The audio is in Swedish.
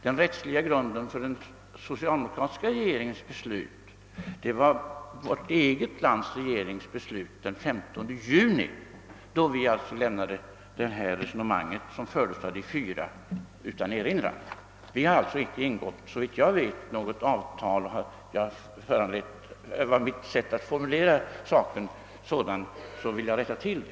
Den rättsliga grunden för den socialdemokratiska regeringens beslut var vårt eget lands regerings beslut den 15 juni, då det resonemang som fördes av de fyra lämnades utan erinran. Såvitt jag vet, har Sverige alltså icke ingått något avtal. Om mitt sätt att formulera saken gav det intrycket, så vill jag rätta till det.